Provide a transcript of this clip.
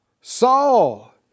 Saul